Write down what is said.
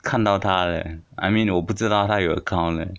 看到她 leh I mean 我不知道她有 account leh